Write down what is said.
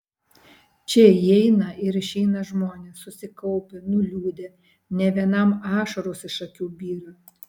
čia įeina ir išeina žmonės susikaupę nuliūdę ne vienam ašaros iš akių byra